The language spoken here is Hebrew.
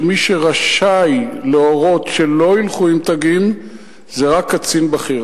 מי שרשאי להורות שלא ילכו עם תגים זה רק קצין בכיר.